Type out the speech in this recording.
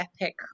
epic